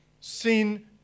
sin